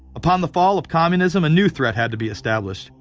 upon the fall of communism, a new threat had to be established.